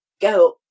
go